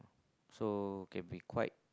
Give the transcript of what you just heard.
so can be quite